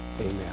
Amen